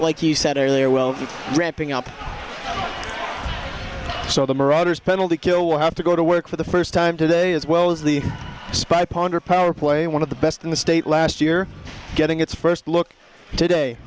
like he said earlier well wrapping up so the marauders penalty kill will have to go to work for the first time today as well as the spy ponder power play one of the best in the state last year getting its first look